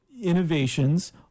innovations